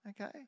okay